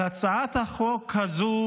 על הצעת החוק הזו